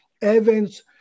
events